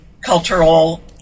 cultural